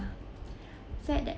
at that